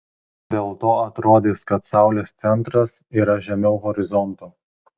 dėl to atrodys kad saulės centras yra žemiau horizonto